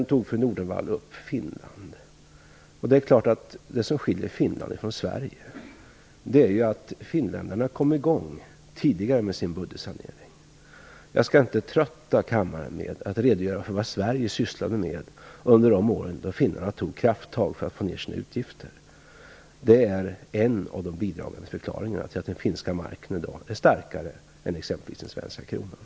Fru Nordenvall tog upp Finland. Det som skiljer Finland från Sverige är ju att finländarna kom i gång tidigare med sin budgetsanering. Jag skall inte trötta kammaren med att redogöra för vad Sverige sysslade med under de år då finnarna tog krafttag för att få ned sina utgifter. Det är en av de bidragande förklaringarna till att den finska marken i dag är starkare än exempelvis den svenska kronan.